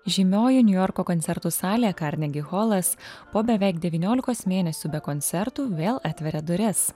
žymioji niujorko koncertų salė karnegi holas po beveik devyniolikos mėnesių be koncertų vėl atveria duris